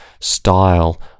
style